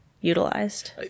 utilized